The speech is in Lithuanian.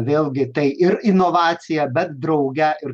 vėlgi tai ir inovacija bet drauge ir